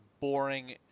boring